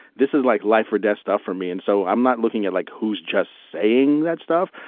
this is like life or death stuff for me. and so i'm not looking at, like, who's just saying that stuff?